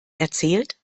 erzählt